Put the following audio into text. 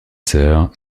sœurs